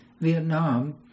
vietnam